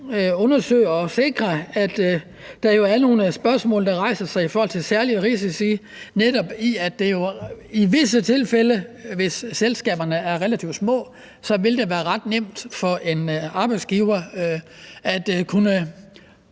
undersøge og sikre at få besvaret de spørgsmål, der rejser sig i forhold til særlige risici, fordi det i visse tilfælde, hvis selskaberne er relativt små, vil være ret nemt for en arbejdsgiver at kunne